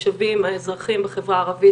התושבים האזרחים בחברה הערבית,